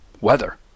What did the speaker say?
weather